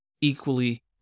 equally